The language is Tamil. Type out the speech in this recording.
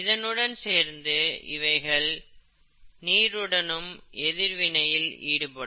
இதனுடன் சேர்ந்து இவைகள் நீருடனும் எதிர் வினையில் ஈடுபடும்